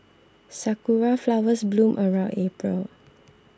sakura flowers bloom around April